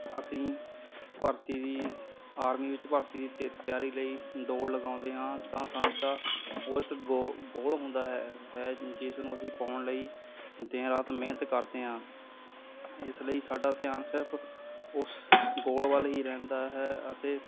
ਅਸੀਂ ਭਰਤੀ ਦੀ ਆਰਮੀ ਵਿੱਚ ਭਰਤੀ ਦੀ ਤ ਤਿਆਰੀ ਲਈ ਦੌੜ ਲਗਾਉਂਦੇ ਹਾਂ ਤਾਂ ਸਾਂਡਾ ਉਹ ਇੱਕ ਗੋਲ ਗੋਲ ਹੁੰਦਾ ਹੈ ਹੈ ਜਿਸ ਨੂੰ ਅਸੀਂ ਪਾਉਣ ਲਈ ਦਿਨ ਰਾਤ ਮਿਹਨਤ ਕਰਦੇ ਹਾਂ ਇਸ ਲਈ ਸਾਡਾ ਧਿਆਨ ਸਿਰਫ਼ ਉਸ ਗੋਲ ਵੱਲ ਹੀ ਰਹਿੰਦਾ ਹੈ ਅਤੇ